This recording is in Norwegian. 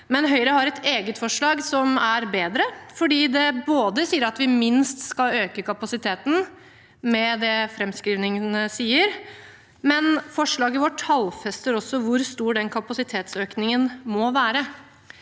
men Høyre har et eget forslag som er bedre, fordi forslaget sier både at vi minst skal øke kapasiteten med det framskrivningene sier, og tallfester hvor stor den kapasitetsøkningen må være.